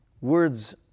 words